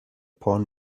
porn